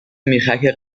میخک